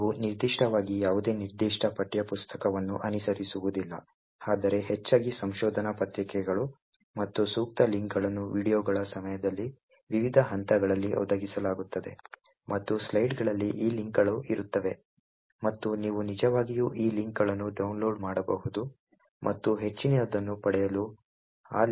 ನಾವು ನಿರ್ದಿಷ್ಟವಾಗಿ ಯಾವುದೇ ನಿರ್ದಿಷ್ಟ ಪಠ್ಯಪುಸ್ತಕವನ್ನು ಅನುಸರಿಸುವುದಿಲ್ಲ ಆದರೆ ಹೆಚ್ಚಾಗಿ ಸಂಶೋಧನಾ ಪತ್ರಿಕೆಗಳು ಮತ್ತು ಸೂಕ್ತ ಲಿಂಕ್ಗಳನ್ನು ವೀಡಿಯೊಗಳ ಸಮಯದಲ್ಲಿ ವಿವಿಧ ಹಂತಗಳಲ್ಲಿ ಒದಗಿಸಲಾಗುತ್ತದೆ ಮತ್ತು ಸ್ಲೈಡ್ಗಳಲ್ಲಿ ಈ ಲಿಂಕ್ಗಳು ಇರುತ್ತವೆ ಮತ್ತು ನೀವು ನಿಜವಾಗಿಯೂ ಈ ಲಿಂಕ್ಗಳನ್ನು ಡೌನ್ಲೋಡ್ ಮಾಡಬಹುದು ಮತ್ತು ಹೆಚ್ಚಿನದನ್ನು ಪಡೆಯಲು ಆ ಲಿಂಕ್ಗಳನ್ನು ಓದಬಹುದು